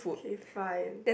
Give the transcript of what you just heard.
okay fine